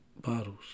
bottles